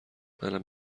منم